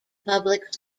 public